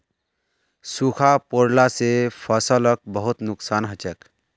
सूखा पोरला से फसलक बहुत नुक्सान हछेक